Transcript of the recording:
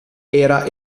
era